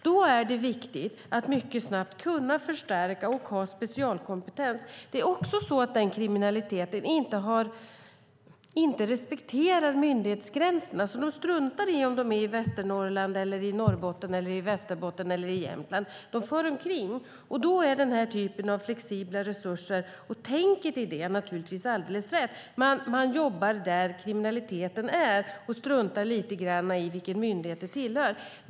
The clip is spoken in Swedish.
Då är det viktigt att mycket snabbt kunna förstärka och ha specialkompetens. Denna kriminalitet respekterar inte heller myndighetsgränserna. Brottslingarna struntar i om de är i Västernorrland, i Norrbotten, i Västerbotten eller i Jämtland. De far omkring, och då är den här typen av flexibla resurser och tänket i det naturligtvis alldeles rätt. Man jobbar där kriminaliteten är och struntar lite grann i vilken myndighet den tillhör.